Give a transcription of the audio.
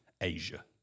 Asia